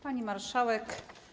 Pani Marszałek!